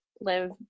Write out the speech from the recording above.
live